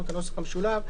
המשולב.